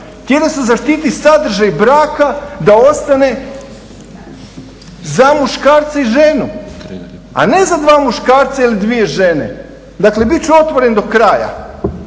htjeli su zaštititi sadržaj braka da ostane za muškarca i ženu, a ne za dva muškarca ili dvije žene. Dakle, bit ću otvoren do kraja,